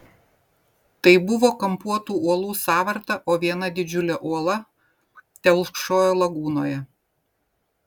tai buvo kampuotų uolų sąvarta o viena didžiulė uola telkšojo lagūnoje